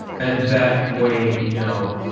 and that way, you know,